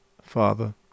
Father